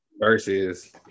versus